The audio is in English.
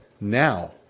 now